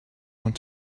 want